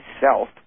self